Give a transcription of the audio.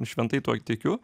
šventai tuo tikiu